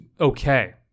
okay